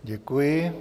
Děkuji.